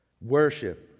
worship